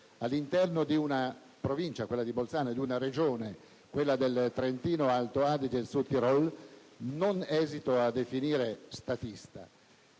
all'interno di una Provincia, quella di Bolzano, e di una Regione, quella del Trentino-Alto Adige/Südtirol, non esito a definire statista.